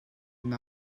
and